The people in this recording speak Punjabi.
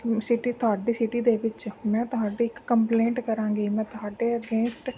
ਸੀਟੀ ਤੁਹਾਡੀ ਸਿਟੀ ਦੇ ਵਿੱਚ ਮੈਂ ਤੁਹਾਡੀ ਇੱਕ ਕੰਪਲੇਂਟ ਕਰਾਂਗੀ ਮੈਂ ਤੁਹਾਡੇ ਅਗੇਂਸਟ